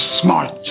smart